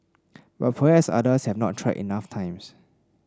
but perhaps others have not tried enough times